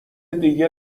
دیگه